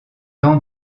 temps